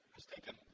has taken